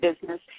business